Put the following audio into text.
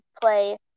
play